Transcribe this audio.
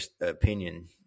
opinion